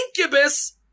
incubus